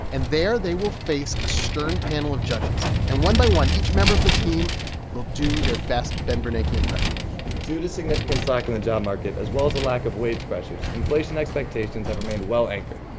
and there, they will face a stern panel of judges. and one by one, each member of the team will do their best ben bernanke impression due to significant slack in the job market, as well as the lack of wage pressures, inflation expectations have remained well-anchored.